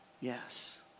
Yes